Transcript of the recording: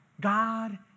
God